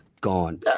gone